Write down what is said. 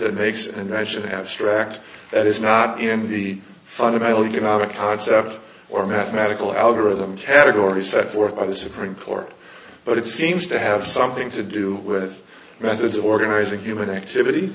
that makes and i should have struck that is not in the fundamental economic concept or mathematical algorithm category set forth by the supreme court but it seems to have something to do with methods of organizing human activity